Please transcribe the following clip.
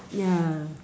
ya